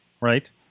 Right